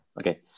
Okay